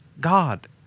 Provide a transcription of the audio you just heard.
God